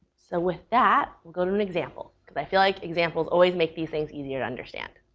so with that, we'll go to an example, because i feel like examples always make these things easier to understand.